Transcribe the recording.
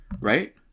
right